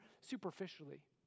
superficially